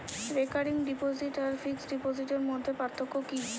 Recurring deposit আর fixed ডিপোজিটের মধ্যে পার্থক্য কি?